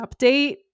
update